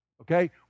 Okay